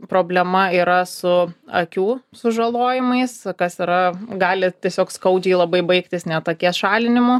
problema yra su akių sužalojimais kas yra gali tiesiog skaudžiai labai baigtis net akies šalinimu